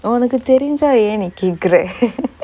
ஒனக்கு தெரிஞ்சாயே நீ கேக்குற:onakku therinjayae nee kekkura